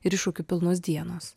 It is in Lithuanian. ir iššūkių pilnos dienos